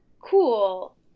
Cool